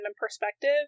perspective